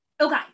Okay